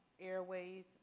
airways